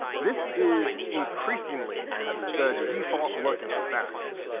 this is increasingly the default look of stacks.